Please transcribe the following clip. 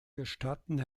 gestatten